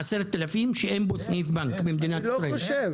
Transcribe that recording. מ-10,000 תושבים שאין בו סניף בנק במדינת ישראל?